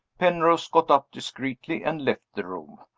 penrose got up discreetly, and left the room.